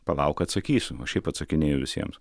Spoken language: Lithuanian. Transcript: palauk atsakysiu o šiaip atsakinėju visiems